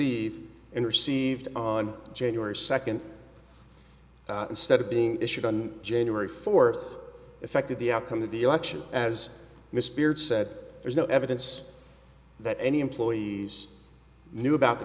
eve and received on january second instead of being issued on january fourth effected the outcome of the election as mr baird said there's no evidence that any employees knew about the